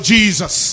Jesus